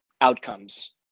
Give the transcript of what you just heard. outcomes